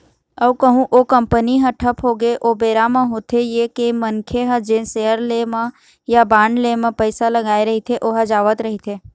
अउ कहूँ ओ कंपनी ह ठप होगे ओ बेरा म होथे ये के मनखे ह जेन सेयर ले म या बांड ले म पइसा लगाय रहिथे ओहा जावत रहिथे